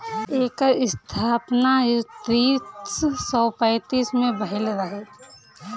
एकर स्थापना उन्नीस सौ पैंतीस में भइल रहे